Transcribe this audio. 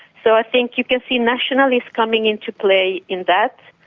so i think you can see nationalists coming into play in that,